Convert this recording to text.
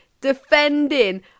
defending